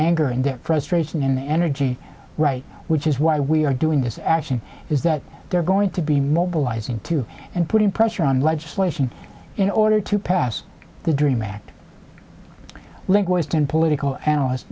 anger and frustration and energy right which is why we are doing this action is that they're going to be mobilizing to and putting pressure on legislation in order to pass the dream act linguist and political analyst